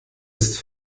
ist